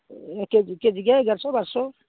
କେ କେଜିକିଆ ଏଗାରଶହ ବାରଶହ